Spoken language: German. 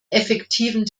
effektiven